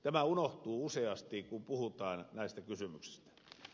tämä unohtuu useasti kun puhutaan näistä kysymyksistä